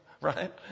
right